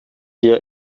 hier